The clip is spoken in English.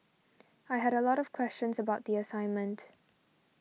I had a lot of questions about the assignment